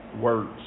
words